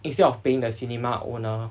instead of paying the cinema owner